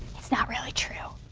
it's not really true.